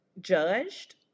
judged